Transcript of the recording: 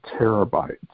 terabytes